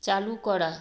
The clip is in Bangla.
চালু করা